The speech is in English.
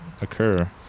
occur